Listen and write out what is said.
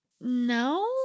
No